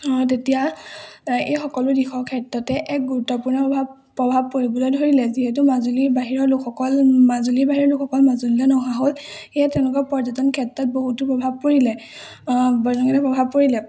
তেতিয়া এই সকলো দিশৰ ক্ষেত্ৰতে এক গুৰুত্বপূৰ্ণ প্ৰভাৱ প্ৰভাৱ পৰিবলৈ ধৰিলে যিহেতু মাজুলীৰ বাহিৰৰ লোকসকল মাজুলী বাহিৰৰ লোকসকল মাজুলীলে নহা হ'ল সেয়ে তেওঁলোকৰ পৰ্যটন ক্ষেত্ৰত বহুতো প্ৰভাৱ পৰিলে বেলেগ প্ৰভাৱ পৰিলে